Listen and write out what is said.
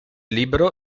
libero